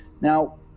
now